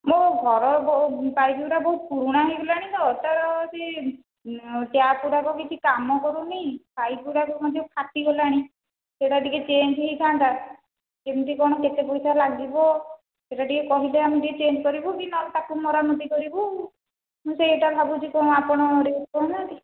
ମୋ ଘର ପାଇପ୍ଗୁଡ଼ାକ ବହୁତ ପୁରୁଣା ହୋଇଗଲାଣି ତ ତା ସେଇ ଟ୍ୟାପ୍ଗୁଡ଼ାକ କିଛି କାମ କରୁନି ପାଇପ୍ଗୁଡ଼ାକ କ'ଣ ଯେଉଁ ଫାଟିଗଲାଣି ସେଇଟା ଟିକିଏ ଚେଞ୍ଜ୍ ହୋଇଥାନ୍ତା କେମିତି କ'ଣ କେତେ ପଇସା ଲାଗିବ ସେଇଟା ଟିକିଏ କହିଲେ ଆମେ ଟିକିଏ ଚେଞ୍ଜ୍ କରିବୁ କି ନା ତାକୁ ମରାମତି କରିବୁ ମୁଁ ସେଇଟା ଭାବୁଛି କ'ଣ ଆପଣ